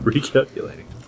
Recalculating